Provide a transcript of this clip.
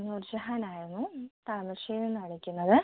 നൂര് ജഹാന് ആയിരുന്നു താമരശ്ശേരിന്നാ വിളിക്കുന്നത്